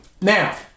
Now